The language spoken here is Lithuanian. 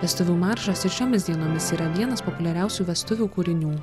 vestuvių maršas ir šiomis dienomis yra vienas populiariausių vestuvių kūrinių